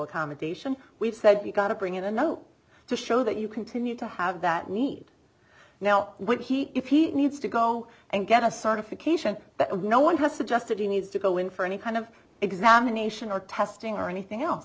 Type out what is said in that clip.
accommodation we've said we've got to bring in a no to show that you continue to have that need now when he if he needs to go and get a certification that no one has suggested he needs to go in for any kind of examination or testing or anything else